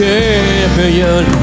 Champion